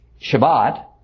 Shabbat